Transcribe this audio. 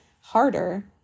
harder